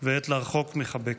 ועת לרחק מחבק.